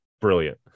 brilliant